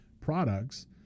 products